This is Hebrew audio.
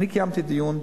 אני קיימתי דיון,